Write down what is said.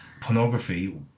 Pornography